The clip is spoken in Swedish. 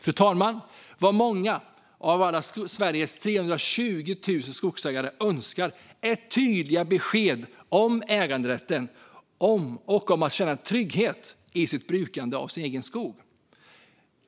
Fru talman! Vad många av alla Sveriges 320 000 skogsägare önskar är tydliga besked om äganderätten och att få känna trygghet i brukandet av sin egen skog.